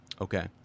Okay